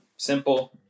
Simple